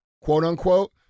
quote-unquote